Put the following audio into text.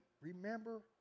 remember